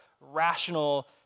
rational